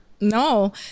No